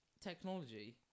technology